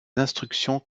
instructions